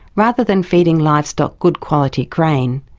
rather than feeding livestock good quality grain,